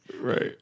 Right